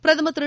பிரதமர் திரு